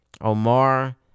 Omar